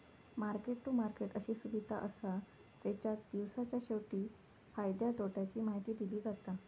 market to market अशी सुविधा असा जेच्यात दिवसाच्या शेवटी फायद्या तोट्याची माहिती दिली जाता